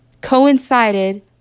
coincided